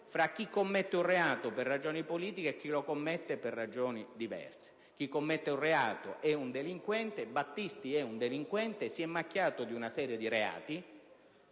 tra chi commette un reato per ragioni politiche e chi lo commette per ragioni diverse. Chi commette un reato è un delinquente. Battisti è un delinquente, si è macchiato di una serie di reati,